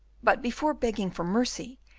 but before begging for mercy,